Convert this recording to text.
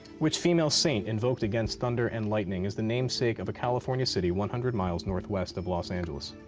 which female saint invoked against thunder and lightning is the namesake of a california city one hundred miles northwest of los angeles?